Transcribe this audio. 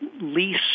lease